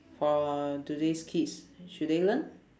for today's kids should they learn